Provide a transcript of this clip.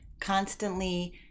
constantly